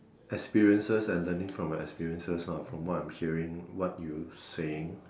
experiences and learning from your experiences lah from what I'm hearing what you saying